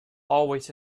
always